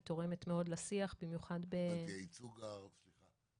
היא תורמת מאוד לשיח, במיוחד ב -- ובייצוג הערבי,